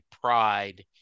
pride